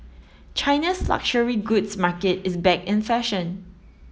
China's luxury goods market is back in fashion